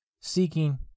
seeking